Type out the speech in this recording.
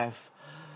have